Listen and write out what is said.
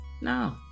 No